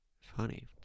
funny